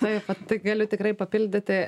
taip vat tik galiu tikrai papildyti